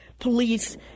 police